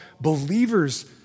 believers